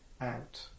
out